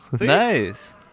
Nice